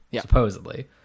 supposedly